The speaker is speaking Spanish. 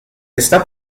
está